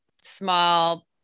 small